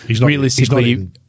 realistically